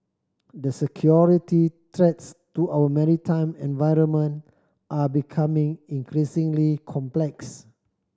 the security threats to our maritime environment are becoming increasingly complex